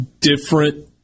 different